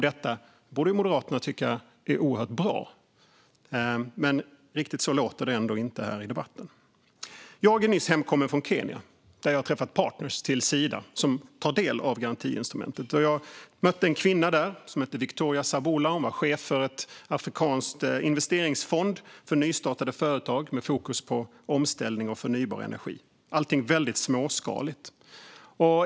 Detta borde Moderaterna tycka är oerhört bra, men riktigt så låter det ändå inte här i debatten. Jag är nyss hemkommen från Kenya, där jag träffade partner till Sida som tar del av garantiinstrumentet. Jag mötte där en kvinna som heter Victoria Sabula och är chef för en afrikansk investeringsfond för nystartade företag med fokus på omställning och förnybar energi. Allting är väldigt småskaligt.